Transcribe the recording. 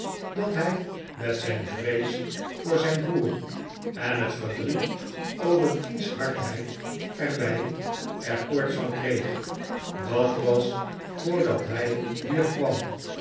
dat hij met zijn vrees voor zijn broer en het verdriet over diens hardheid er bij er koorts van kreeg dat was voordat hij hier kwam